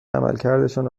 عملکردشان